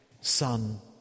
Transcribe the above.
son